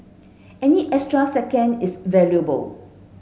any extra second is valuable